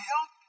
help